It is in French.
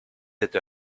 cette